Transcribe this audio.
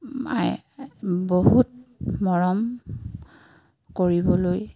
মাই বহুত মৰম কৰিবলৈ